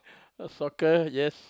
know soccer yes